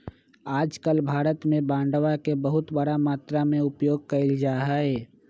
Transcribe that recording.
आजकल भारत में बांडवा के बहुत बड़ा मात्रा में उपयोग कइल जाहई